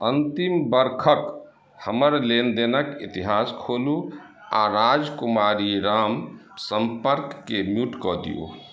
अन्तिम बरखक हमर लेनदेनक इतिहास खोलू आ राजकुमारी राम सम्पर्कके म्यूट कऽ दियौ